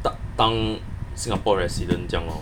当当 singapore resident 这样 lor